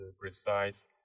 precise